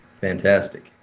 Fantastic